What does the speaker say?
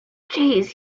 jeez